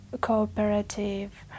cooperative